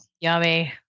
Yummy